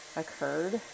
occurred